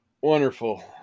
Wonderful